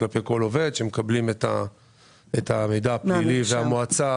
לגבי כל עובד שמקבלים את המידע הפלילי והמועצה,